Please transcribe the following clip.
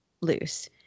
loose